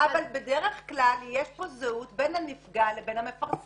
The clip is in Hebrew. אבל בדרך כלל יש פה זהות בין הנפגע לבין המפרסם,